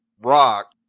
rock